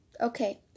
Okay